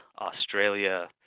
Australia